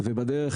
ובדרך,